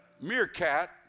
meerkat